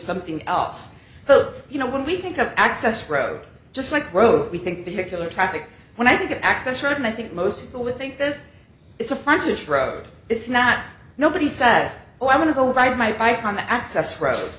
something else but you know when we think of access road just like road we think particular traffic when i think of access road and i think most people would think this is a frontage road it's not nobody said oh i want to go ride my bike on the access road